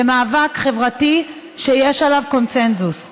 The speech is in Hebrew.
זה מאבק חברתי שיש עליו קונסנזוס.